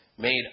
made